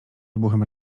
wybuchem